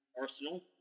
Arsenal